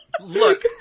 Look